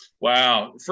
Wow